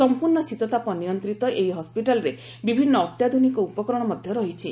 ସମ୍ପର୍ଶ୍ଣ ଶୀତତାପ ନିୟନ୍ତ୍ରିତ ଏହି ହସ୍ୱିଟାଲରେ ବିଭିନ୍ନ ଅତ୍ୟାଧୁନିକ ଉପକରଣ ମଧ୍ୟ ରହିଛି